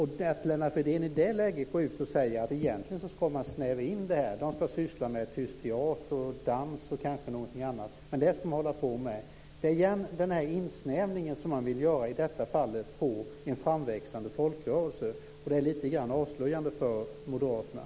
När Lennart Fridén i det läget går ut och säger att detta egentligen ska snävas in och att de ska syssla med tyst teater, dans och kanske något annat, är det återigen den insnävning som man vill göra på i detta fall en framväxande folkrörelse. Det är lite avslöjande för moderaterna.